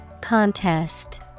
Contest